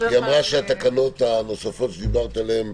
היא אמרה שהתקנות הנוספות שדיברת עליהן,